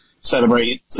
celebrate